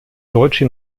deutsche